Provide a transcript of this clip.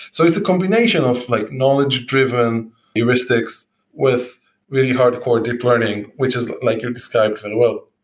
so it's a combination of like knowledge-driven heuristics with really hardcore deep learning, which is like you described and well,